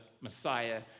Messiah